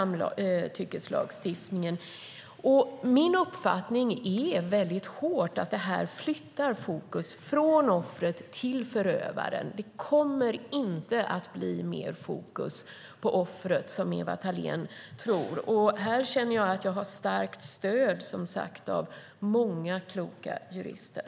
Min uppfattning är väldigt hårt att detta flyttar fokus från offret till förövaren. Det kommer inte att bli mer fokus på offret, som Ewa Thalén Finné tror. Här känner jag att jag har starkt stöd, som sagt, av många kloka jurister.